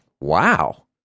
Wow